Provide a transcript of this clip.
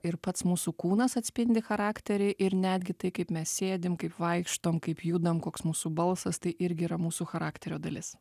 ir pats mūsų kūnas atspindi charakterį ir netgi tai kaip mes sėdim kaip vaikštom kaip judam koks mūsų balsas tai irgi yra mūsų charakterio dalis